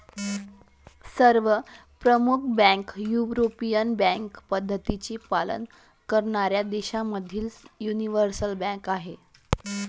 सर्व प्रमुख बँका युरोपियन बँकिंग पद्धतींचे पालन करणाऱ्या देशांमधील यूनिवर्सल बँका आहेत